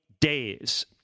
days